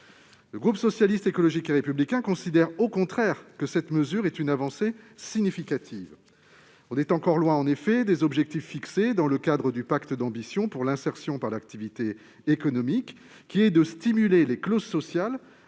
Le groupe Socialiste, Écologiste et Républicain considère au contraire une telle mesure comme une avancée significative. Nous sommes en effet encore loin des objectifs fixés dans le cadre du pacte d'ambition pour l'insertion par l'activité économique, à savoir stimuler les clauses sociales,